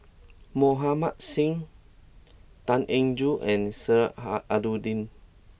Mohan Singh Tan Eng Joo and Sheik Alau'ddin